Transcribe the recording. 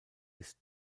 ist